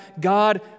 God